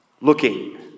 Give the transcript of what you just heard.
looking